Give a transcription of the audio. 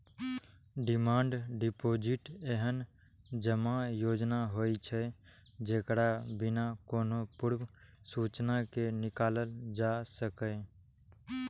demand deposit एहन जमा योजना होइ छै, जेकरा बिना कोनो पूर्व सूचना के निकालल जा सकैए